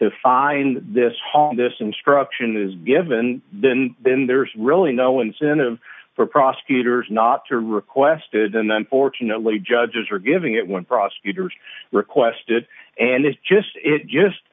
to find this hard on this instruction is given then then there's really no incentive for prosecutors not to requested and fortunately judges are giving it when prosecutors requested and it just it just